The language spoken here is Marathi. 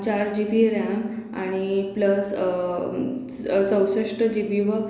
चार जीबी रॅम आणि प्लस चौसष्ट जीबी व